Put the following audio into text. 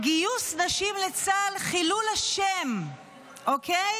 גיוס נשים לצה"ל, חילול השם, אוקיי?